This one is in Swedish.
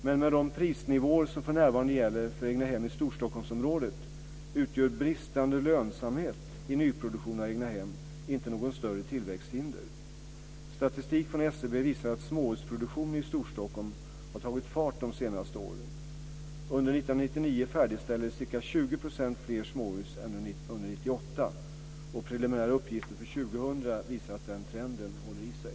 Men med de prisnivåer som för närvarande gäller för egnahem i Storstockholmsområdet utgör bristande lönsamhet i nyproduktion av egnahem inte något större tillväxthinder. Statistik från SCB visar att småhusproduktionen i Storstockholm har tagit fart de senaste åren. Under 1999 färdigställdes ca 20 % fler småhus än under 1998, och preliminära uppgifter för 2000 visar att den trenden håller i sig.